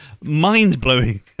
mind-blowing